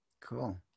Cool